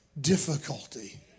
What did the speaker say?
difficulty